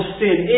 sin